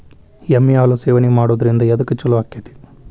ಎಮ್ಮಿ ಹಾಲು ಸೇವನೆ ಮಾಡೋದ್ರಿಂದ ಎದ್ಕ ಛಲೋ ಆಕ್ಕೆತಿ?